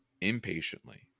impatiently